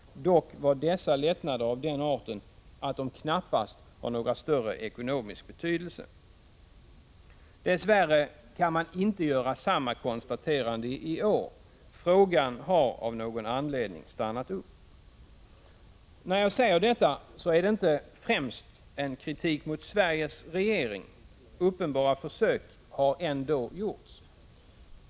Dock var dessa lättnader av den arten att de knappast har någon större ekonomisk betydelse. Dess värre kan jag inte göra samma konstaterande i år. Frågan har av någon anledning stannat upp. När jag säger detta är det inte främst en kritik mot Sveriges regering. Uppenbara försök har ändå gjorts.